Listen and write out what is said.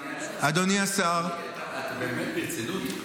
אדוני השר --- אתה מדבר באמת ברצינות?